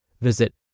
Visit